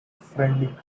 friendly